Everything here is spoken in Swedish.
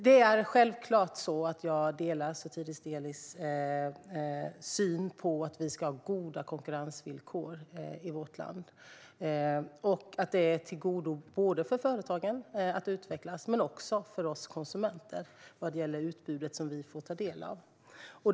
Jag delar självklart Sotiris Delis åsikt att vi ska ha goda konkurrensvillkor i vårt land och att det är av godo för företagens möjlighet att utvecklas men också för oss konsumenter vad gäller utbudet som vi får ta del av.